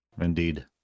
Indeed